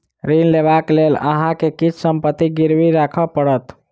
ऋण लेबाक लेल अहाँ के किछ संपत्ति गिरवी राखअ पड़त